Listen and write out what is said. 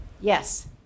Yes